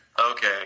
okay